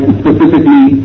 specifically